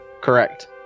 correct